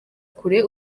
kure